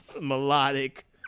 melodic